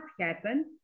happen